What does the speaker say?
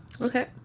Okay